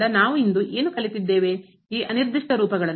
ಆದ್ದರಿಂದ ನಾವು ಇಂದು ಏನು ಕಲಿತಿದ್ದೇವೆ ಈ ಅನಿರ್ದಿಷ್ಟ ರೂಪಗಳನ್ನು